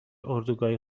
اردوگاه